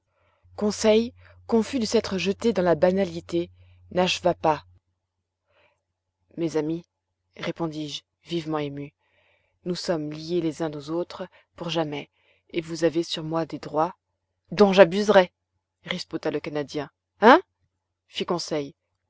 conseil confus de s'être jeté dans la banalité n'acheva pas mes amis répondis-je vivement ému nous sommes liés les uns aux autres pour jamais et vous avez sur moi des droits dont j'abuserai riposta le canadien hein fit conseil